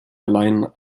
allein